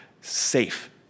safe